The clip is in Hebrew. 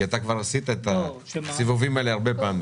אתה כבר עשית את הסיבובים האלה הרבה פעמים.